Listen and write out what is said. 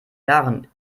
jahren